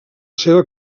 seva